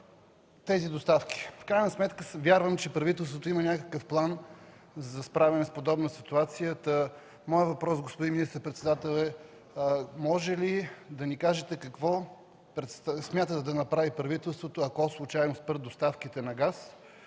Делян Добрев.) В крайна сметка вярвам, че правителството има някакъв план за справяне в подобна ситуация. Моят въпрос, господин министър-председател, е: може ли да ни кажете какво смята да направи правителството, ако случайно спрат доставките на газ